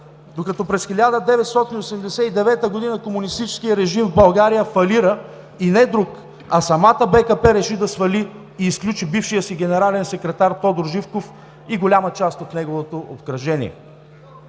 докато през 1989 г. комунистическият режим в България фалира и не друг, а самата БКП реши да свали и изключи бившия си генерален секретар Тодор Живков и голяма част от неговото обкръжение.